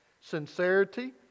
sincerity